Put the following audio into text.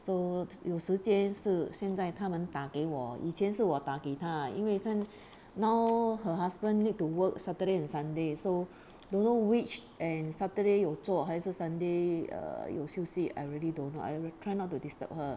so 有时间是现在他们打给我以前是我打给他因为现 now her husband need to work saturday and sunday so don't know which and saturday 有做还是 sunday uh 有休息 I really don't know I try not to disturb her